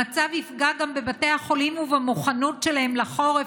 המצב יפגע גם בבתי החולים ובמוכנות שלהם לחורף.